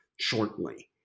shortly